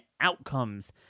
outcomes